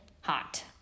hot